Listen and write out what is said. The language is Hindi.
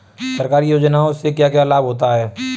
सरकारी योजनाओं से क्या क्या लाभ होता है?